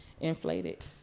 inflated